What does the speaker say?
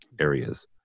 areas